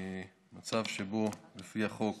צו שבו לפי החוק,